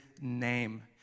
name